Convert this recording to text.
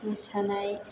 मोसानाय